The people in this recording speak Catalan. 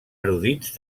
erudits